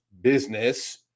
business